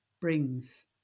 brings